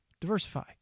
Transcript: Diversify